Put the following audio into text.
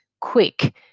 quick